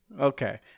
okay